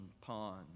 pond